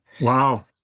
Wow